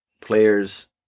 players